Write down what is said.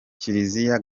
kiliziya